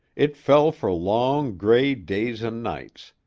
it fell for long, gray days and nights,